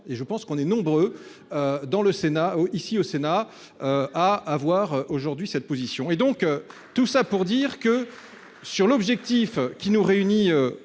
Et je pense qu'on est nombreux. Dans le Sénat ici au Sénat. À avoir aujourd'hui cette position et donc tout ça pour dire que sur l'objectif qui nous réunit aujourd'hui,